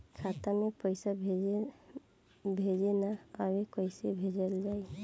खाता में पईसा भेजे ना आवेला कईसे भेजल जाई?